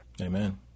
Amen